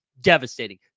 Devastating